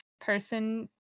person